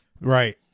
Right